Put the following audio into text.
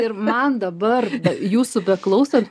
ir man dabar jūsų beklausant